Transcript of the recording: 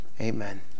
amen